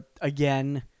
again